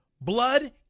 Blood